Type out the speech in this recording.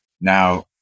Now